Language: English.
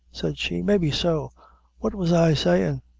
said she, maybe so what was i sayin'?